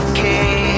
Okay